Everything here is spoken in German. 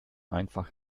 einfach